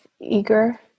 Eager